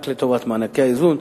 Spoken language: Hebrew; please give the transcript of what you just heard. רק לטובת מענקי האיזון.